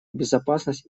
безопасность